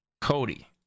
Cody